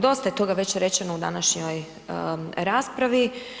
Dosta je toga već rečeno u današnjoj raspravi.